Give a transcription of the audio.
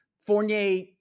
Fournier